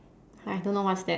I don't know what's that